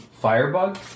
Firebug